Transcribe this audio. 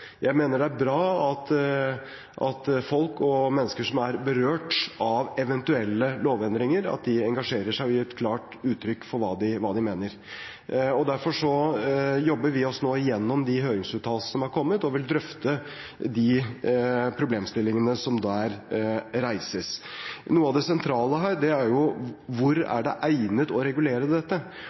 Jeg mener det er bra at folk som er berørt av eventuelle lovendringer, engasjerer seg og gir klart uttrykk for hva de mener. Derfor jobber vi oss nå igjennom de høringsuttalelsene som er kommet, og vil drøfte de problemstillingene som der reises. Noe av det sentrale her er hvor det er egnet å regulere dette,